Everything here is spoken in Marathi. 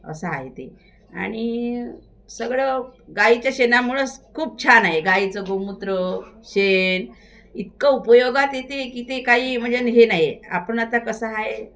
असं आहे ते आणि सगळं गाईच्या शेणामुळंच खूप छान आहे गाईचं गोमूत्र शेण इतकं उपयोगात येते की ते काही म्हणजे न हे नाही आहे आपण आता कसं आहे